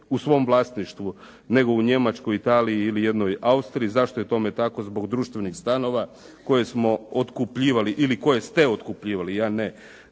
u svom vlasništvu nego u Njemačkoj, Italiji ili jednoj Austriji. Zašto je tome tako? Zbog društvenih stanova koje smo otkupljivali ili koje ste otkupljivali, ja ne,